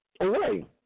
away